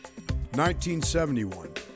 1971